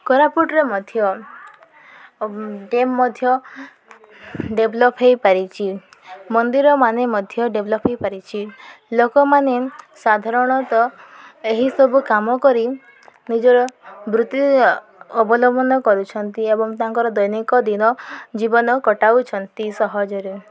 କୋରାପୁଟରେ ମଧ୍ୟ ଡେମ୍ ମଧ୍ୟ ଡେଭଲପ୍ ହେଇପାରିଛି ମନ୍ଦିର ମାନ ମଧ୍ୟ ଡେଭଲପ ହେଇପାରିଛି ଲୋକମାନେ ସାଧାରଣତଃ ଏହିସବୁ କାମ କରି ନିଜର ବୃତ୍ତି ଅବଲମ୍ବନ କରୁଛନ୍ତି ଏବଂ ତାଙ୍କର ଦୈନିକ ଦିନ ଜୀବନ କଟାଉଛନ୍ତି ସହଜରେ